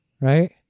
Right